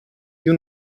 più